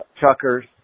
Chuckers